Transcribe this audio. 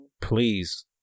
please